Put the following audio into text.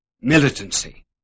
militancy